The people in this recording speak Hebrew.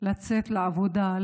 לצאת לעבודה.